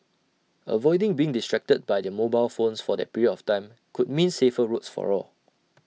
avoiding being distracted by their mobile phones for that period of time could mean safer roads for all